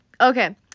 Okay